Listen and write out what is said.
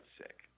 sick